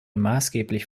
maßgeblich